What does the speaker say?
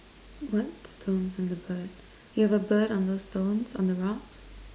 what stones on the bird you have a bird on those stones on the rocks